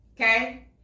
Okay